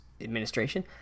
administration